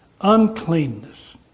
Uncleanness